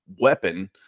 weapon